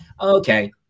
okay